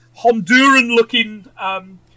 Honduran-looking